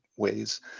ways